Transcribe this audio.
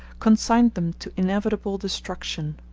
consigned them to inevitable destruction.